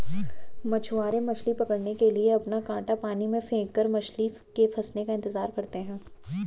मछुआरे मछली पकड़ने के लिए अपना कांटा पानी में फेंककर मछली के फंसने का इंतजार करते है